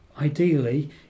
ideally